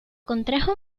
contrajo